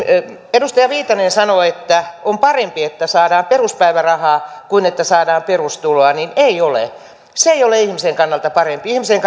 edustaja viitanen sanoi että on parempi että saadaan peruspäivärahaa kuin että saadaan perustuloa niin ei ole se ei ole ihmisten kannalta parempi ihmisen